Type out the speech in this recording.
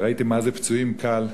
וראיתי מה זה פצועים קל,